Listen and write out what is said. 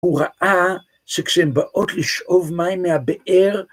הוא ראה שכשהן באות לשאוב מים מהבאר,